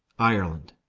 ireland,